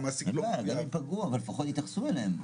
אין בעיה, אבל לפחות התייחסו אליהם.